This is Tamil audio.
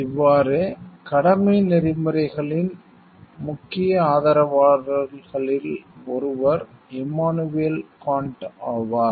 இவ்வாறு கடமை நெறிமுறைகளின் டூட்டி எதிக்ஸ் முக்கிய ஆதரவாளர்களில் ஒருவர் இம்மானுவேல் கான்ட் ஆவார்